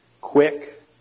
quick